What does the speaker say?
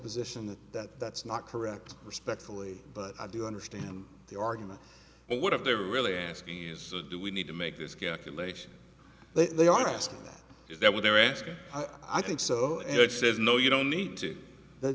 position that that's not correct respectfully but i do understand the argument and what if they're really asking is do we need to make this guy can they should they they are asking that is that what they're asking i think so and it says no you don't need to the